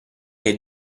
che